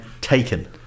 taken